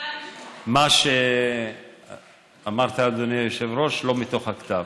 מה שאמרת, אדוני היושב-ראש, לא מתוך הכתב.